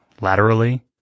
laterally